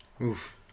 Oof